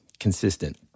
consistent